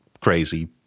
crazy